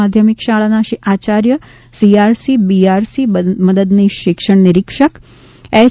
માધ્યમિક શાળાના આચાર્ય સીઆરસી બીઆરસી મદદનીશ શિક્ષણ નિરીક્ષક એચ